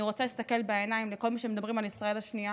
אני רוצה להסתכל בעיניים לכל מי שמדברים על ישראל השנייה